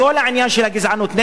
אחר כך נגד האתיופים,